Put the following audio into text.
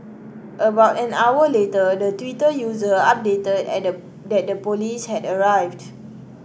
about an hour later the Twitter user updated that the that the police had arrived